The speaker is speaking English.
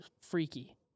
freaky